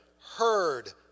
heard